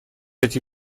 эти